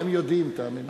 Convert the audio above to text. הם יודעים, תאמין לי.